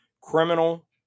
criminal